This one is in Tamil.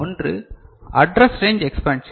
ஒன்று அட்ரஸ் ரேஞ்ச் எக்ஸ்பேன்ஷன்